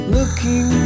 Looking